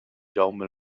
jaume